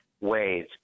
ways